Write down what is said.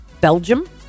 Belgium